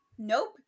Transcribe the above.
nope